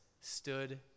stood